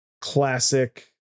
Classic